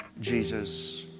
Jesus